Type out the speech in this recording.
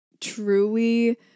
truly